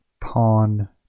pawn